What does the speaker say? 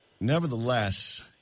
nevertheless